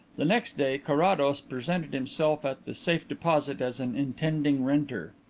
the next day carrados presented himself at the safe-deposit as an intending renter.